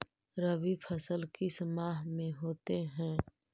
रवि फसल किस माह में होते हैं?